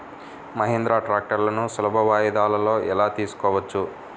మహీంద్రా ట్రాక్టర్లను సులభ వాయిదాలలో ఎలా తీసుకోవచ్చు?